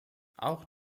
auch